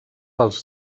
per